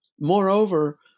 Moreover